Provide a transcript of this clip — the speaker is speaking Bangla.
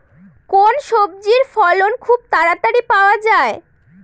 কোন সবজির ফলন খুব তাড়াতাড়ি পাওয়া যায়?